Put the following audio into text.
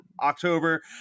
october